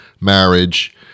marriage